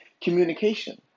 communication